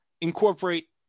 incorporate